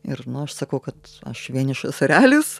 ir nors sakau kad aš vienišas erelis